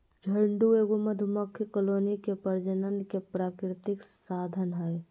झुंड एगो मधुमक्खी कॉलोनी के प्रजनन के प्राकृतिक साधन हइ